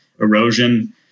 erosion